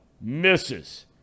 misses